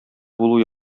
булу